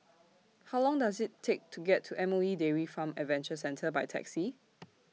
How Long Does IT Take to get to M O E Dairy Farm Adventure Centre By Taxi